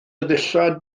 ddillad